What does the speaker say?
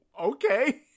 okay